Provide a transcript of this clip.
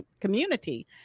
community